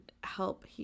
help